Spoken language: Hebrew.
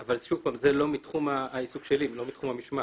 אבל זה לא תחום העיסוק שלי לא בתחום המשמעת.